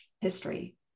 history